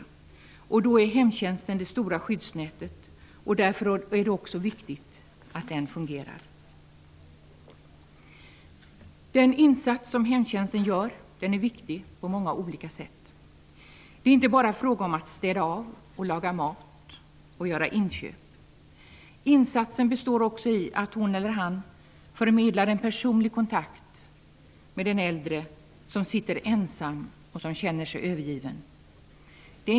I sådana fall utgör hemtjänsten det stora skyddsnätet, och därför är det också viktigt att den fungerar. Den insats som hemtjänsten gör är viktig på många olika sätt. Det är inte bara fråga om att städa av, laga mat och göra inköp. Insatsen består också i att hon eller han förmedlar en personlig kontakt med den äldre, som sitter ensam och som känner sig övergiven.